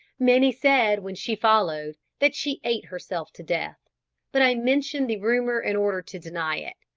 many said, when she followed, that she ate herself to death but i mention the rumour in order to deny it,